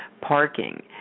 parking